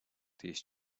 these